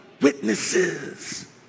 witnesses